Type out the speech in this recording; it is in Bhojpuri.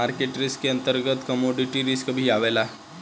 मार्केट रिस्क के अंतर्गत कमोडिटी रिस्क भी आवेला